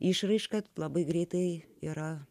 išraiška labai greitai yra